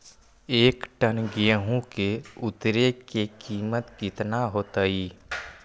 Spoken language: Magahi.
एक टन गेंहू के उतरे के कीमत कितना होतई?